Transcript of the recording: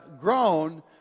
grown